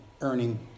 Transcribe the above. earning